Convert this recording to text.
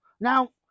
Now